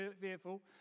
fearful